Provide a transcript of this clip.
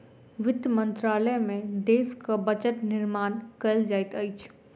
वित्त मंत्रालय में देशक बजट निर्माण कयल जाइत अछि